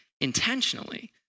intentionally